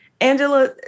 Angela